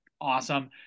awesome